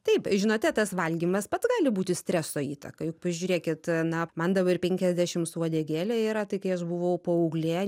taip žinote tas valgymas pats gali būti streso įtaka juk pažiūrėkit na man dabar penkiasdešim su uodegėle yra tai kai aš buvau paauglė